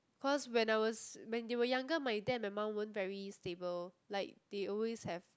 cause when I was when they were younger my dad and my mum weren't very stable like they always have